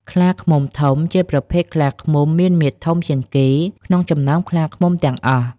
ខ្លាឃ្មុំធំជាប្រភេទខ្លាឃ្មុំមានមាឌធំជាងគេ ក្នុងចំណោមខ្លាឃ្មុំទាំងអស់។